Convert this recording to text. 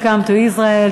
Welcome to Israel,